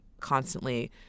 constantly